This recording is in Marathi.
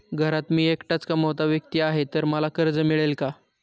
घरात मी एकटाच कमावता व्यक्ती आहे तर मला कर्ज मिळेल का?